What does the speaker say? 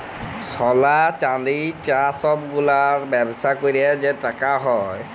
সলা, চাল্দি, চাঁ ছব গুলার ব্যবসা ক্যইরে যে টাকা হ্যয়